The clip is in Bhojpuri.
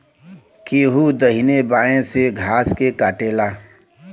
केहू दहिने बाए से घास के काटेला